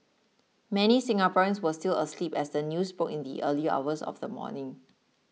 many Singaporeans were still asleep as the news broke in the early hours of the morning